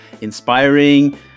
inspiring